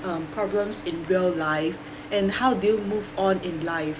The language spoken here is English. um problems in real life and how do you move on in life